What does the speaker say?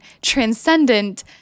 transcendent